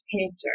painter